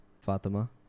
Fatima